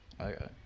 Okay